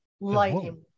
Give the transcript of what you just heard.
lighting